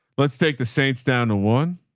let's take the saints down to one.